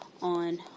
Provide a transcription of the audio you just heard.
on